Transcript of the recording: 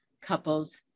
couples